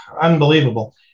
Unbelievable